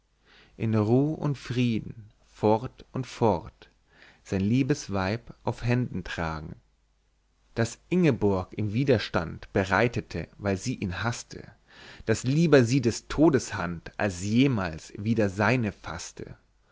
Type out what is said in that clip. in ruh und frieden fort und fort sein liebes weib auf händen tragen daß ingeborg ihm widerstand bereitete weil sie ihn haßte daß lieber sie des todes hand als jemals wieder seine faßte